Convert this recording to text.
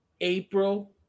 April